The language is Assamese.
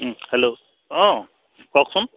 হেল্ল' অঁ কওকচোন